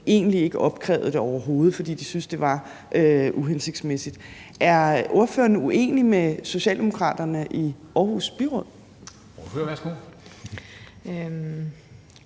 egentlig ikke opkrævede det overhovedet, fordi de syntes, det var uhensigtsmæssigt. Er ordføreren uenig med Socialdemokraterne i Aarhus Byråd? Kl.